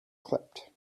clipped